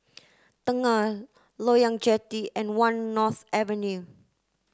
Tengah Loyang Jetty and One North Avenue